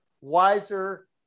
wiser